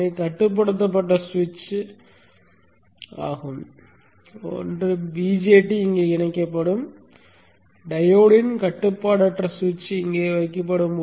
எனவே கட்டுப்படுத்தப்பட்ட சுவிட்ச் ஆகும் 1 BJT இங்கே இணைக்கப்படும் டையோடின் கட்டுப்பாடற்ற சுவிட்ச் இங்கே வைக்கப்படும்